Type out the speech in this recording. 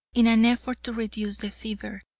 in an effort to reduce the fever.